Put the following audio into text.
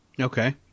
okay